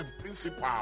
principal